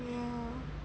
ya